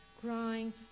crying